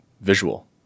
visual